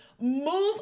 move